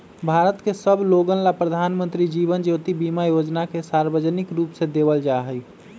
भारत के सब लोगन ला प्रधानमंत्री जीवन ज्योति बीमा योजना के सार्वजनिक रूप से देवल जाहई